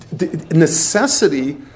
necessity